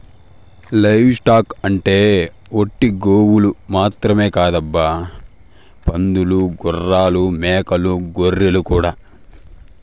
live stock అంటే ఒట్టి గోవులు మాత్రమే కాదబ్బా పందులు గుర్రాలు మేకలు గొర్రెలు కూడా